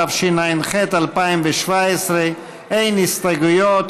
התשע"ח 2017. אין הסתייגויות.